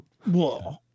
Whoa